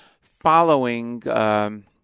Following